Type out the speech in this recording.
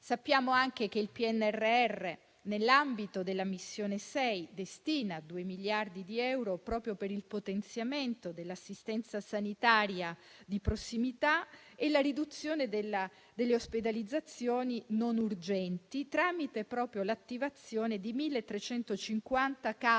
Sappiamo anche che il PNRR, nell'ambito della Missione 6, destina 2 miliardi di euro proprio al potenziamento dell'assistenza sanitaria di prossimità e alla riduzione delle ospedalizzazioni non urgenti, tramite l'attivazione di 1.350 case